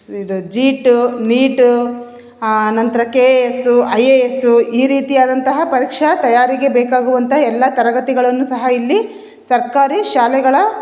ಇದು ಜೀಟು ನೀಟು ಆ ನಂತರ K S I A S ಈ ರೀತಿಯಾದಂತಹ ಪರೀಕ್ಷಾ ತಯಾರಿಗೆ ಬೇಕಾಗುವಂತಹ ಎಲ್ಲ ತರಗತಿಗಳನ್ನು ಸಹ ಇಲ್ಲಿ ಸರ್ಕಾರಿ ಶಾಲೆಗಳ